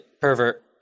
pervert